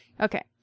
Okay